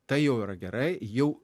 tai jau yra gerai jau